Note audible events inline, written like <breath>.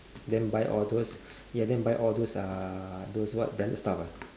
then buy all those <breath> ya then buy all those uh those what branded stuff ah